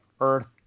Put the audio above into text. Earth